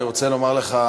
אני רוצה לומר לך,